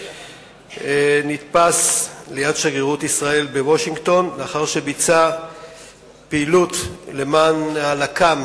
נתפס ליד שגרירות ישראל בוושינגטון לאחר שביצע פעילות למען הלק"ם,